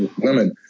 women